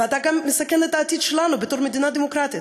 ואתה גם מסכן את העתיד שלנו בתור מדינה דמוקרטית.